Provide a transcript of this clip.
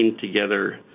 together